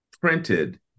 printed